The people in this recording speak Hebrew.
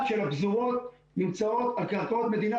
של הפזורות נמצאות על קרקעות מדינה,